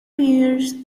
years